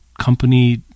company